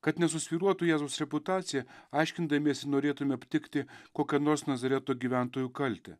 kad nesusvyruotų jėzaus reputacija aiškindamiesi norėtume aptikti kokią nors nazareto gyventojų kaltę